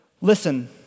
listen